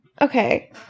Okay